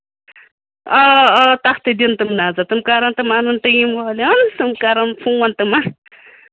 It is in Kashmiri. آ آ تَتھ تہِ دِنۍ تِم نَظر تِم کَرن تِم اَنَن ٹیٖم والٮ۪ن تِم کَرن فون تِمن